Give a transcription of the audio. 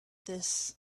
this